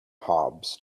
hobs